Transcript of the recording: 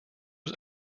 was